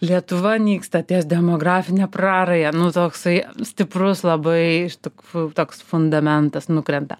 lietuva nyksta ties demografine praraja nu toksai stiprus labai iš tikrų toks fundamentas nukrenta